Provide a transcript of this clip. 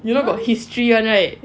you know got history [one] right